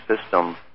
system